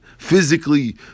Physically